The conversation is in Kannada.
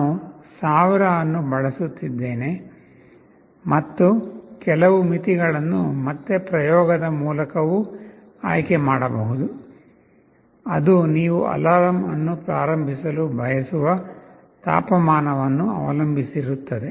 ನಾನು 1000 ಅನ್ನು ಬಳಸುತ್ತಿದ್ದೇನೆ ಮತ್ತು ಕೆಲವು ಮಿತಿಗಳನ್ನು ಮತ್ತೆ ಪ್ರಯೋಗದ ಮೂಲಕವೂ ಆಯ್ಕೆ ಮಾಡಬಹುದು ಅದು ನೀವು ಅಲಾರಂ ಅನ್ನು ಪ್ರಾರಂಭಿಸಲು ಬಯಸುವ ತಾಪಮಾನವನ್ನು ಅವಲಂಬಿಸಿರುತ್ತದೆ